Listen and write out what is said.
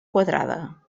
quadrada